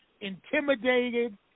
intimidated